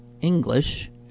English